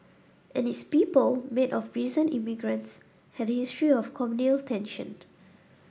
and its people made up of recent immigrants had a history of communal tensions